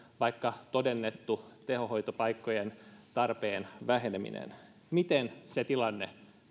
vaikka todennettu tehohoitopaikkojen tarpeen väheneminen miten se tilanne